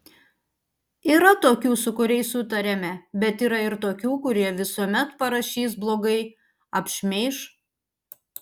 yra tokių su kuriais sutariame bet yra ir tokių kurie visuomet parašys blogai apšmeiš